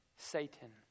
Satan